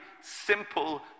simple